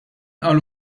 qalu